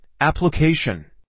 Application